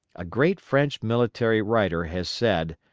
a great french military writer has said,